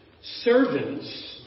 Servants